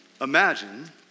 imagine